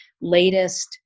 latest